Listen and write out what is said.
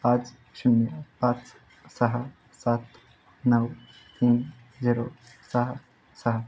पाच शून्य पाच सहा सात नऊ तीन झिरो सहा सहा